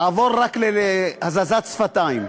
תעבור רק להזזת שפתיים.